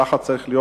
ככה צריך להיות.